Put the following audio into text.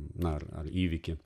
na ar ar įvykį